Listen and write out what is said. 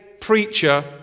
preacher